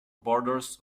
borders